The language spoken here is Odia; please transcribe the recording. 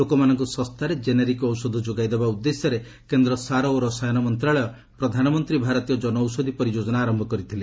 ଲୋକମାନଙ୍କ ଶସ୍ତାରେ ଜେନେରିକ୍ ଔଷଧ ଯୋଗାଇଦେବା ଉଦ୍ଦେଶ୍ୟରେ କେନ୍ଦ୍ର ସାର ଓ ରସାୟନ ମନ୍ତ୍ରଣାଳୟ ପ୍ରଧାନମନ୍ତ୍ରୀ ଭାରତୀୟ ଜନ ଔଷଧୀ ପରିଯୋଜନା ଆରମ୍ଭ କରିଥିଲେ